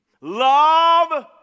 Love